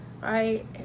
right